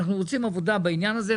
אנחנו רוצים עבודה בעניין הזה.